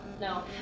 No